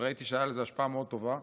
וראיתי שהייתה לזה השפעה מאוד טובה,